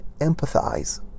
empathize